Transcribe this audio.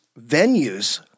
venues—